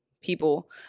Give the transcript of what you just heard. people